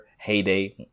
Heyday